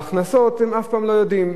בהכנסות הם אף-פעם לא יודעים.